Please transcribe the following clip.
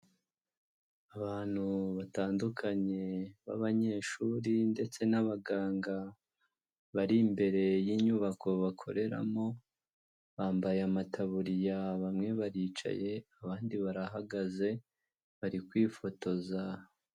Abantu batandukanye b'abanyeshuri ndetse n'abaganga, bari imbere y'inyubako bakoreramo, bambaye amataburiya, bamwe baricaye abandi barahagaze bari kwifotoza.